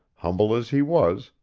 humble as he was,